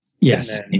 Yes